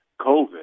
covid